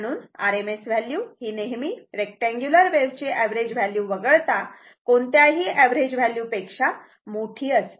म्हणून RMS value ही नेहमी रेक्टअंगुलर वेव्ह ची ऍव्हरेज व्हॅल्यू वगळता कोणत्याही ऍव्हरेज व्हॅल्यू पेक्षा मोठी असते